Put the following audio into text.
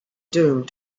doomed